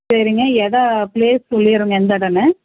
சரிங்க எதா பிளேஸ் சொல்லிவிடுங்க எந்த இடம்னு